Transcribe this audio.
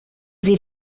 sie